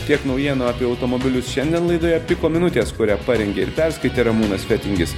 tiek naujienų apie automobilius šiandien laidoje piko minutės kurią parengė ir perskaitė ramūnas fetingis